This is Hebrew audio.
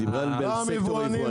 היא דיברה על סקטור היבואנים.